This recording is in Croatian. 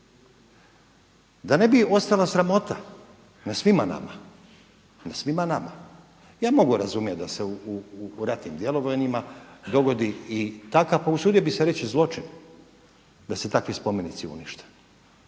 Da ne bi ostala sramota na svima nama, ja mogu razumjet da se u ratnim djelovanjima dogodi i takav, pa usudio bih se reći zločin da se takvi spomenici unište.